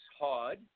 hard